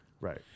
right